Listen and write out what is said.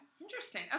Interesting